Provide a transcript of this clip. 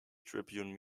tribune